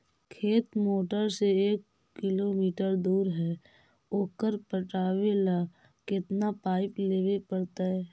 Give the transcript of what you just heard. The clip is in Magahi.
खेत मोटर से एक किलोमीटर दूर है ओकर पटाबे ल केतना पाइप लेबे पड़तै?